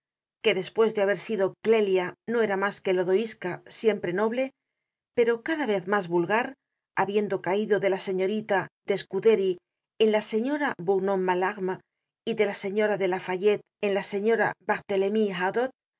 que despues de haber sido clelia no era mas que lodoiska siempre noble pero cada vez mas vulgar habiendo caido de la señorita de scudery en la señora bournon malarme y de la señora de lafayette en la señora